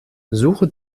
suche